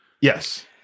Yes